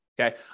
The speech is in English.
Okay